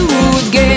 again